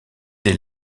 des